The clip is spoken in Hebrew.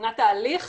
מבחינת ההליך